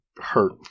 hurt